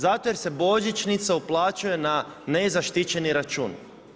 Zato jer se božićnica uplaćuje na nezaštićeni račun.